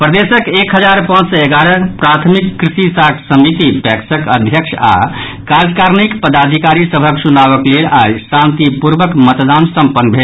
प्रदेशक एक हजार पांच सय एगारह प्राथमिक कृषि साख समिति पैक्सक अध्यक्ष आ कार्यकारिणीक पदाधिकारी सभक चुनावक लेल आइ शांतिपूर्वक मतदान सम्पन्न भेल